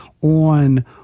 on